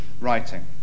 writing